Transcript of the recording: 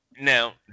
now